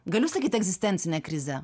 galiu sakyt egzistencinę krizę